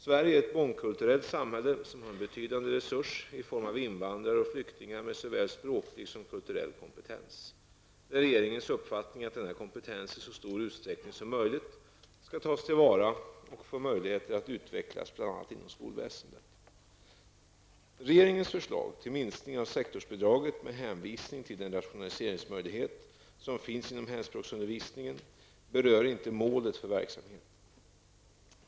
Sverige är ett mångkulturellt samhälle som har en betydande resurs i form av invandrare och flyktingar med såväl språklig som kulturell kompetens. Det är regeringens uppfattning att denna kompetens i så stor utsträckning som möjligt skall tas till vara och få möjligheter att utvecklas bl.a. inom skolväsendet. Regeringens förslag till minskning av sektorsbidraget med hänvisning till den rationaliseringsmöjlighet som finns inom hemspråksundervisningen berör inte målet för verksamheten.